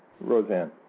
Roseanne